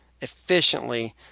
efficiently